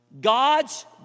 God's